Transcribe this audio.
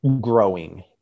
growing